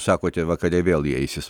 sakote vakare vėl jie eisis